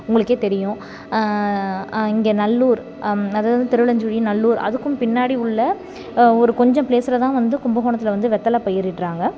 உங்களுக்கே தெரியும் இங்கே நல்லூர் அதாவது திருவலஞ்சுழி நல்லூர் அதுக்கும் பின்னாடி உள்ள ஒரு கொஞ்சம் ப்ளேஸுல் தான் வந்து கும்பகோணத்தில் வந்து வெற்றில பயிரிடுறாங்க